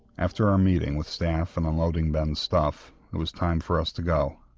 after our meeting with staff and unloading ben's stuff it was time for us to go.